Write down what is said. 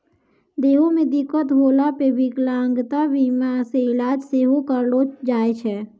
देहो मे दिक्कत होला पे विकलांगता बीमा से इलाज सेहो करैलो जाय छै